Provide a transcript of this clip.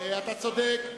אתה צודק.